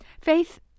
Faith